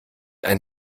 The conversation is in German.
ein